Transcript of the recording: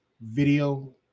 video